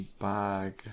Bag